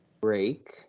break